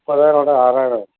ஆறாயிரம் வரும்